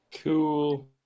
Cool